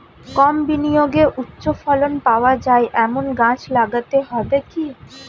কম বিনিয়োগে উচ্চ ফলন পাওয়া যায় এমন গাছ লাগাতে হবে কি?